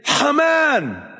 Haman